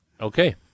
Okay